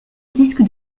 disque